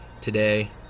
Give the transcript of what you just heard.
today